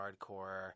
hardcore